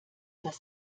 das